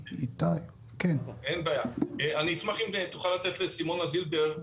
אני אשמח אם תוכל לתת לסימונה זילבר,